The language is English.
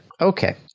Okay